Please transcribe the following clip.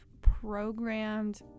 programmed